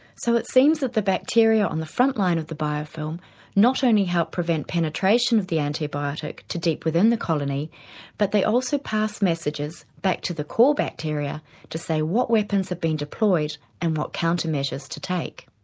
so it seems that the bacteria on the frontline of the biofilm not only help prevent penetration of the antibiotic to deep within the colony but they also pass messages back to the core bacteria to say what weapons have been deployed and what countermeasures to take.